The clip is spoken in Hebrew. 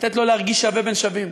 לתת לו להרגיש שווה בין שווים.